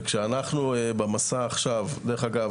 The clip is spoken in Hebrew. וכשאנחנו במסע עכשיו דרך אגב,